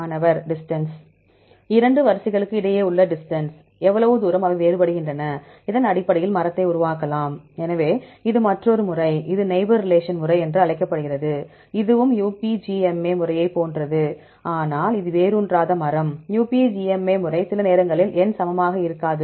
மாணவர் டிஸ்டன்ஸ் இரண்டு வரிசைகளுக்கு இடையே உள்ள டிஸ்டன்ஸ் எவ்வளவு தூரம் அவை வேறுபடுகின்றன இதன் அடிப்படையில் மரத்தை உருவாக்கலாம் எனவே இது மற்றொரு முறை இது நெய்பர் ரிலேஷன் முறை என்று அழைக்கப்படுகிறது இதுவும் UPGMA முறையைப் போன்றது ஆனால் இது வேரூன்றாத மரம் UPGMA முறை சில நேரங்களில் எண் சமமாக இருக்காது